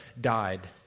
died